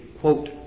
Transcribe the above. quote